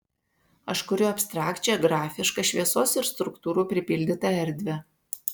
aš kuriu abstrakčią grafišką šviesos ir struktūrų pripildytą erdvę